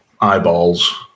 eyeballs